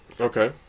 Okay